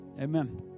Amen